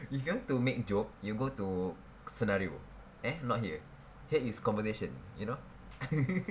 if you want to make joke you go to scenario eh not here here is coversation you know